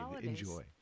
enjoy